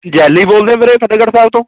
jelly ਬੋਲਦੇ ਵੀਰੇ ਫਤਹਿਗੜ੍ਹ ਸਾਹਿਬ ਤੋਂ